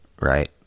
right